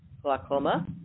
glaucoma